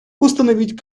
установить